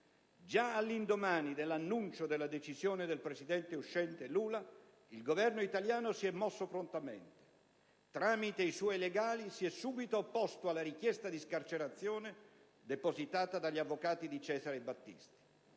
Già all'indomani dell'annuncio della decisione del presidente uscente Lula, il Governo italiano si è mosso prontamente. Tramite i suoi legali si è subito opposto alla richiesta di scarcerazione depositata dagli avvocati di Cesare Battisti.